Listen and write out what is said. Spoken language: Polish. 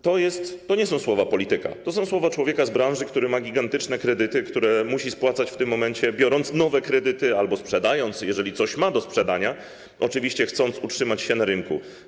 To nie są słowa polityka, to są słowa człowieka z branży, która ma gigantyczne kredyty, które musi spłacać w tym momencie, biorąc nowe kredyty albo sprzedając to, co ma do sprzedania, oczywiście jeśli chce utrzymać się na rynku.